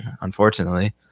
Unfortunately